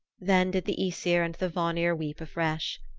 then did the aesir and the vanir weep afresh.